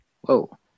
Whoa